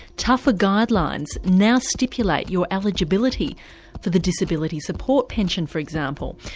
tougher guidelines now stipulate your eligibility for the disability support pension for example.